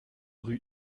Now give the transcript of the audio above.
rue